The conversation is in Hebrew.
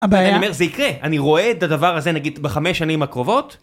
הבעיה... אני אומר, זה יקרה, אני רואה את הדבר הזה, נגיד, בחמש שנים הקרובות...